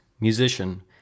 musician